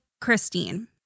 Christine